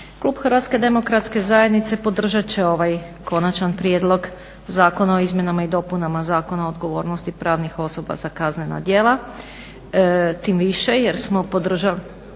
Klub HDZ-a podržati će ovaj Konačni prijedlog Zakona o izmjenama i dopunama zakona o odgovornosti pravnih osoba za kaznena djela tim više jer smo podržali